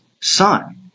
son